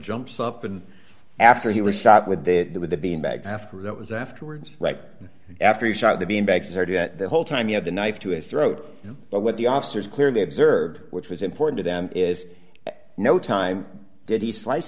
jumps up and after he was shot with their with the bean bags after that was afterwards right after he shot the bean bags or do that the whole time he had a knife to his throat but what the officers clearly observed which was important to them is at no time did he slice